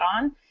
on